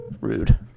Rude